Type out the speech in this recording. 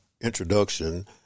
introduction